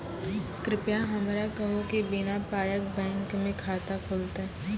कृपया हमरा कहू कि बिना पायक बैंक मे खाता खुलतै?